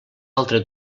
altre